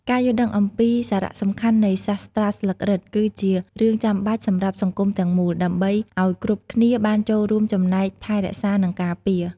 ការយល់ដឹងអំពីសារៈសំខាន់នៃសាស្រ្តាស្លឹករឹត គឺជារឿងចាំបាច់សម្រាប់សង្គមទាំងមូល ដើម្បីឱ្យគ្រប់គ្នាបានចូលរួមចំណែកថែរក្សានិងការពារ។